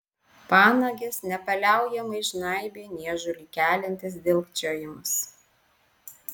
panages nepaliaujamai žnaibė niežulį keliantis dilgčiojimas